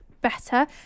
better